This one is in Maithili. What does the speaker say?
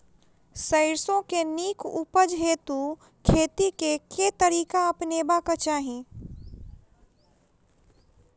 सैरसो केँ नीक उपज हेतु खेती केँ केँ तरीका अपनेबाक चाहि?